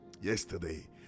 Yesterday